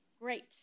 Great